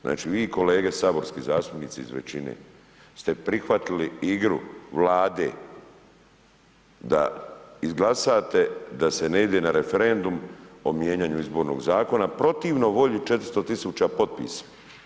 Znači vi kolege saborski zastupnici iz većine, ste prihvatili igru vlade, da izglasate da se ne ide na referendum o mijenjaju izbornog zakona, protivno volji 400 tisuća potpisa.